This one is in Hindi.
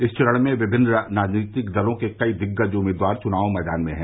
इस चरण में विभिन्न राजनीतिक दलों के कई दिग्गज उम्मीदवार चुनाव मैदान में हैं